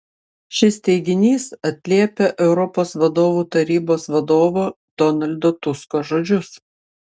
šis teiginys atliepia europos vadovų tarybos vadovo donaldo tusko žodžius